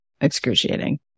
excruciating